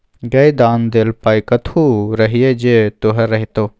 गै दान देल पाय कतहु रहलै जे तोहर रहितौ